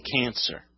cancer